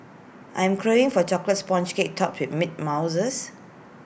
I am craving for A Chocolate Sponge Cake Topped with mint mouses